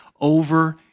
over